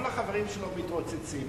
כל החברים שלו מתרוצצים.